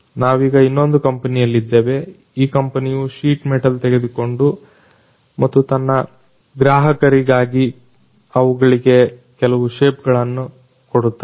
ನಾವೀಗ ಇನ್ನೊಂದು ಕಂಪನಿಯಲ್ಲಿದ್ದೇವೆ ಈ ಕಂಪನಿಯು ಶೀಟ್ ಮೆಟಲ್ಗಳನ್ನ ತೆಗೆದುಕೊಂಡು ಮತ್ತು ತನ್ನ ಗ್ರಾಹಕರಿಗಾಗಿ ಅವುಗಳಿಗೆ ಕೆಲವು ಶೇಪ್ಗಳನ್ನ ಕೊಡುತ್ತದೆ